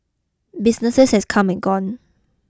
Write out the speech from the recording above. businesses have come and gone